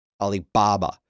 Alibaba